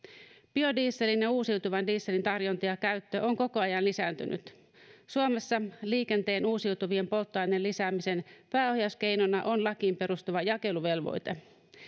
biodieselin ja uusiutuvan dieselin tarjonta ja käyttö on koko ajan lisääntynyt suomessa liikenteen uusiutuvien polttoaineiden lisäämisen pääohjauskeinona on lakiin perustuva jakeluvelvoite